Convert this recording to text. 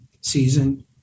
season